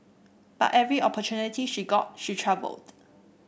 but every opportunity she got she travelled